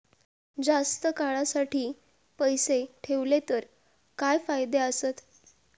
जास्त काळासाठी पैसे ठेवले तर काय फायदे आसत?